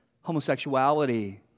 homosexuality